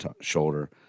shoulder